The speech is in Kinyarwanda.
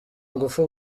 ngufu